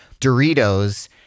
Doritos